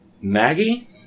Maggie